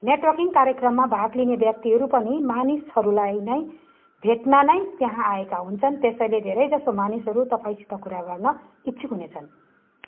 networking कार्यक्रममा भाग लिने व्यक्तिहरू पनि मानिसहरूलाई भेट्नै त्यहाँ आएका हुन्छन् त्यसैले धेरैजसो मानिसहरू तपाईँँसित कुरा गर्न इच्छुक हुनेछन्